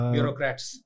Bureaucrats